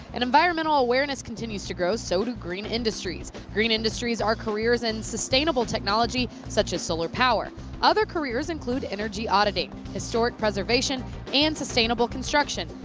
an environmental awareness continues to grow. so do green industries. green industries are careers in sustainable technology such as solar power it other careers include energy auditing, historic preservation and sustainable construction.